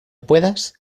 puedas